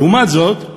לעומת זאת,